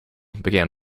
began